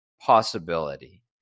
possibility